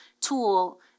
tool